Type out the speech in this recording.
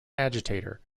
agitator